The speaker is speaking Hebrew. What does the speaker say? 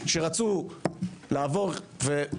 הם רק צריכים לשנות מעמד.